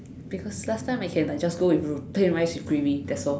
because last time I can like just go with plain rice with gravy that's all